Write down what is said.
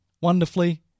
wonderfully